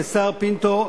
סהר פינטו.